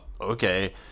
okay